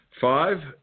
Five